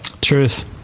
truth